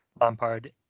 Lampard